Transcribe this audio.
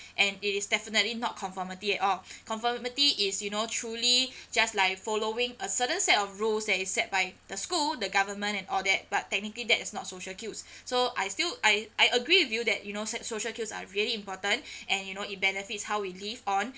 and it is definitely not conformity at all conformity is you know truly just like following a certain set of rules that is set by the school the government and all that but technically that's not social cues so I still I I agree with you that you know so~ social cues are really important and you know it benefits how we live on